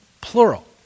plural